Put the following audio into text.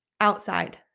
outside